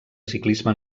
ciclisme